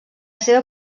seva